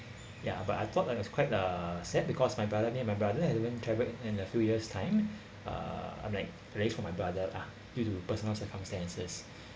ya but I thought I was quite uh sad because my brother me and my brother haven't travelled in a few years' time uh I'm like arranged for my brother lah due to personal circumstances